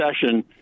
session